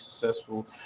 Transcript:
successful